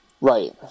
right